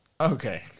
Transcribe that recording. Okay